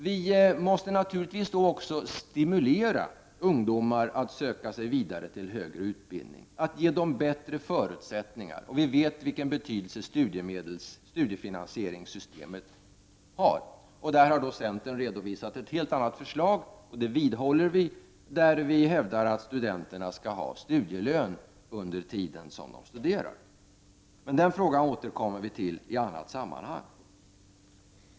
Vi måste naturligvis också stimulera ungdomar att söka sig vidare till högre utbildning, ge dem bättre förutsättningar. Vi vet vilken betydelse studiefinansieringssystemet har. Centern har i detta sammanhang redovisat ett helt annat förslag, vilket vi vidhåller. Vi hävdar i detta förslag att studenterna skall ha studielön under sin studietid. Den frågan återkommer vi till i ett annat sammanhang.